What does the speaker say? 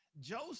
Joseph